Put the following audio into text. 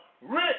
rich